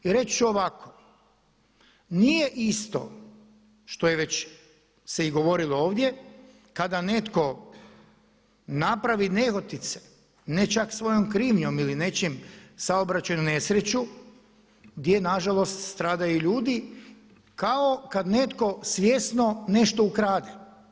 I reći ću ovako, nije isto što se već govorilo ovdje, kada netko napravi nehotice, ne čak svojom krivnjom ili nečim saobraćajnu nesreću gdje nažalost stradaju ljudi, kao kada netko svjesno nešto ukrade.